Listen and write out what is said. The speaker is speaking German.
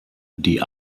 die